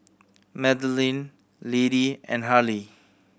Madeleine Lady and Harley